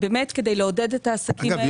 כדי לעודד את העסקים האלה --- אגב,